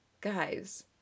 Guys